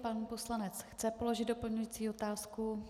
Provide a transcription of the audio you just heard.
Pan poslanec chce položit doplňující otázku.